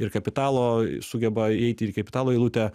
ir kapitalo sugeba įeit ir į kapitalo eilutę